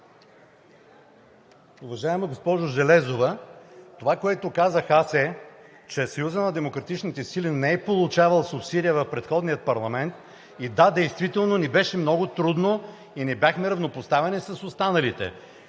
Уважаема госпожо Железова, това, което казах аз, е, че Съюзът на демократичните сили не е получавал субсидия в предходния парламент и да, действително ни беше много трудно и не бяхме равнопоставени с останалите.